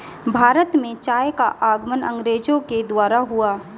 भारत में चाय का आगमन अंग्रेजो के द्वारा हुआ